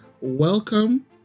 Welcome